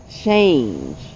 change